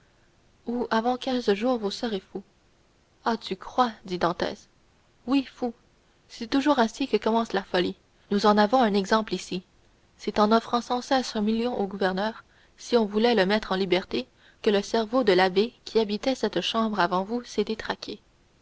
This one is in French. ou avant quinze jours vous serez fou ah tu crois dit dantès oui fou c'est toujours ainsi que commence la folie nous en avons un exemple ici c'est en offrant sans cesse un million au gouverneur si on voulait le mettre en liberté que le cerveau de l'abbé qui habitait cette chambre avant vous s'est détraqué